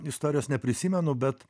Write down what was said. istorijos neprisimenu bet